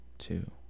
Two